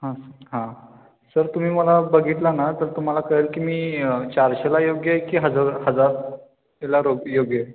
हां सं हां सर तुम्ही मला बघितलं ना तर तुम्हाला कळेल की मी चारशेला योग्य आहे की हजर हजारला रो योग्य आहे